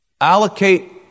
Allocate